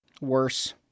Worse